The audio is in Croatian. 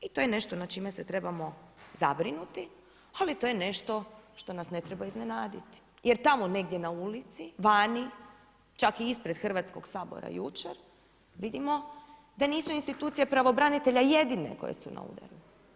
I to je nešto nad čime se trebamo zabrinuti ali to je nešto što na s ne treba iznenaditi jer tamo negdje na ulici, vani, čak i ispred Hrvatskog sabora jučer, vidimo da nisu institucije pravobranitelja jedine koje su na udaru.